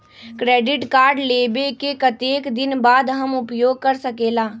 Credit card लेबे के कतेक दिन बाद हम उपयोग कर सकेला?